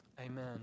Amen